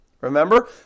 Remember